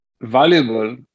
valuable